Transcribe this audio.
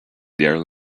there